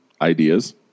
ideas